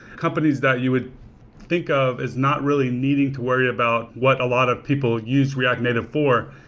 companies that you would think of is not really needing to worry about what a lot of people use react native for,